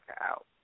out